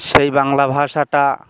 সেই বাংলা ভাষাটা